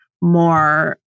more